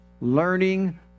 learning